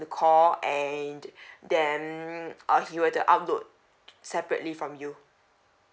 to call and then ah he'll have to upload separately from you